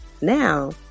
Now